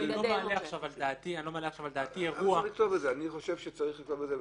אני לא מעלה עכשיו על דעתי אירוע --- אני חושב שצריך לכתוב את זה.